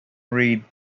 read